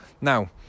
Now